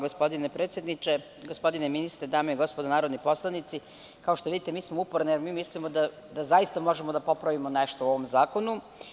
Gospodine predsedniče, gospodine ministre, dame i gospodo narodni poslanici, kao što vidite, mi smo uporne jer mi mislimo da zaista možemo da popravimo nešto u ovom zakonu.